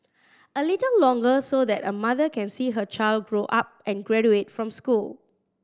a little longer so that a mother can see her child grow up and graduate from school